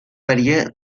varía